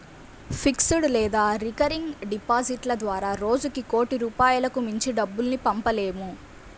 fixed లేదా recurring డిపాజిట్ల ద్వారా రోజుకి కోటి రూపాయలకు మించి డబ్బుల్ని పంపలేము